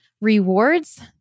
rewards